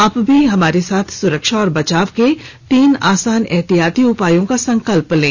आप भी हमारे साथ सुरक्षा और बचाव के तीन आसान एहतियाती उपायों का संकल्प लें